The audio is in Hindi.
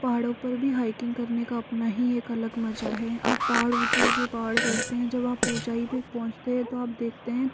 तो पहाड़ों पर भी हाइकिंग करने का अपना ही एक अलग मज़ा है आप पहाड़ ऊँचे ऊँचे पहाड़ चढ़ते हैं जब आप ऊँचाई पर पहुँचते है तो आप देखतें हैं